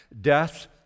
Death